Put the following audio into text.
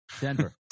Denver